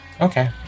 Okay